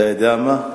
אתה יודע מה?